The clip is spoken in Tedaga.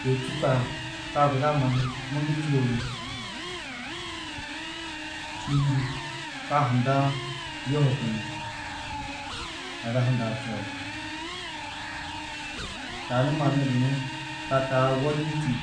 Kôi čûkã ka guda mannu mundu čûo ni čîidi, ka hundã yuhuku ni ada hundã ha čeo. Tani mannu bini ka taa wenirî tîyi.